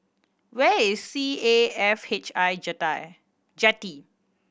where is C A F H I Jetty